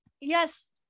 yes